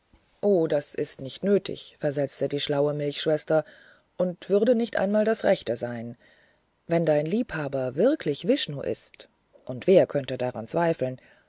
o das ist nicht nötig versetzte die schlaue milchschwester und würde nicht einmal das rechte sein wenn dein liebhaber wirklich vishnu ist und wer könnte daran zweifeln